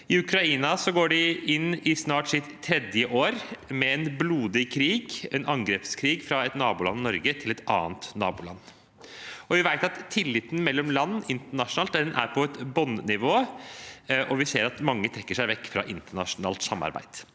I Ukraina går de snart inn i sitt tredje år med en blodig krig, en angrepskrig fra et naboland av Norge mot et annet naboland. Vi vet at tilliten mellom land internasjonalt er på et bunnivå, og vi ser at mange trekker seg vekk fra internasjonalt samarbeid.